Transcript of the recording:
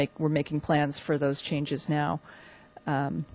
making we're making plans for those changes now